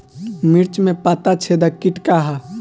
मिर्च में पता छेदक किट का है?